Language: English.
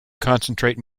concentrate